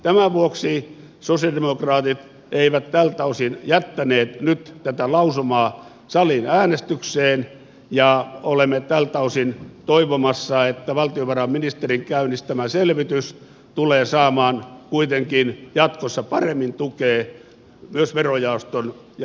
tämän vuoksi sosialidemokraatit eivät tältä osin jättäneet nyt tätä lausumaa saliin äänestykseen ja olemme tältä osin toivomassa että valtiovarainministerin käynnistämä selvitys tulee saamaan kuitenkin jatkossa paremmin tukea myös verojaoston ja valtiovarainvaliokunnan taholta